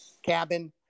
cabin